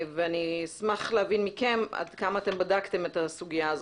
אני אשמח להבין מכם עד כמה אתם בדקתם את הסוגיה הזאת.